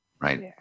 right